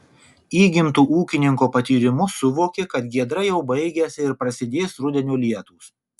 įgimtu ūkininko patyrimu suvokė kad giedra jau baigiasi ir prasidės rudenio lietūs